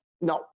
No